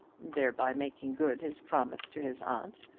thereby making good his promise to his aunt.